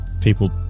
People